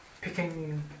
Picking